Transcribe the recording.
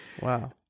Wow